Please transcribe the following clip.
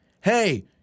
hey